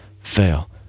fail